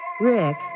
Rick